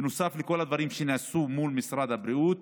נוסף לכל הדברים שנעשו מול משרד הבריאות.